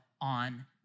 on